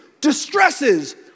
distresses